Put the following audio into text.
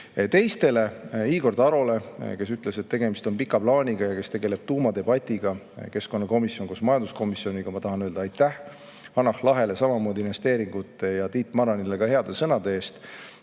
Teistele – Igor Tarole, kes ütles, et tegemist on pika plaaniga ja kes tegeleb tuumadebatiga, keskkonnakomisjon koos majanduskomisjoniga – ma tahan öelda aitäh, Hanah Lahele samamoodi investeeringute [tutvustamise] ja Tiit Maranile ka heade sõnade eest.